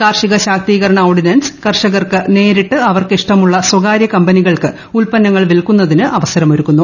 കർഷിക ശാക്തീകരണ ഓർഡിനൻസ് കർഷകർക്ക് നേരിട്ട് അവർക്കിഷ്ടമുള്ള സ്വകാര്യ കമ്പനികൾക്ക് ഉൽപ്പന്നങ്ങൾ വിൽക്കുന്നതിന് അവസരമൊരുക്കുന്നു